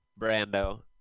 Brando